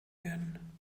werden